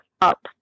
up